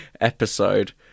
episode